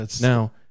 Now